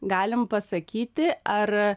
galim pasakyti ar